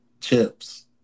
chips